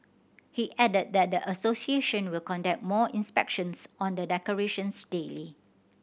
he added that the association will conduct more inspections on the decorations daily